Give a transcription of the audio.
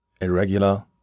Irregular